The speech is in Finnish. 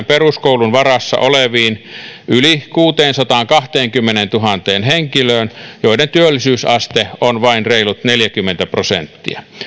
peruskoulun varassa oleviin yli kuuteensataankahteenkymmeneentuhanteen henkilöön joiden työllisyysaste on vain reilut neljäkymmentä prosenttia